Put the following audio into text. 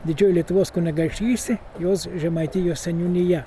didžiojo lietuvos kunigaikštystė jos žemaitijos seniūnija